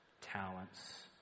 talents